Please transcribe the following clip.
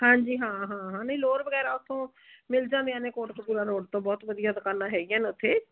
ਹਾਂਜੀ ਹਾਂ ਹਾਂ ਹਾਂ ਨਹੀਂ ਲੋਅਰ ਵਗੈਰਾ ਉੱਥੋਂ ਮਿਲ ਜਾਂਦੀਆਂ ਨੇ ਕੋਟਕਪੂਰਾ ਰੋਡ ਤੋਂ ਬਹੁਤ ਵਧੀਆ ਦੁਕਾਨਾਂ ਹੈਗੀਆਂ ਨੇ ਉੱਥੇ